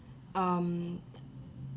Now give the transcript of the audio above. um